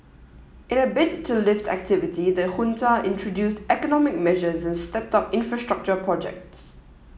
in a bid to lift activity the junta introduced economic measures and stepped up infrastructure projects